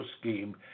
scheme